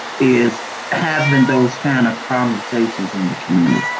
is having those kind of conversations in the community.